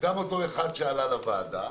גם אותו אחד שעלה לוועדה,